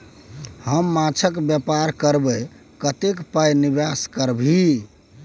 हम माछक बेपार करबै कतेक पाय निवेश करबिही?